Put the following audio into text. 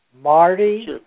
Marty